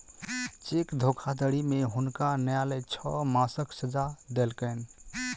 cheque धोखाधड़ी में हुनका न्यायलय छह मासक सजा देलकैन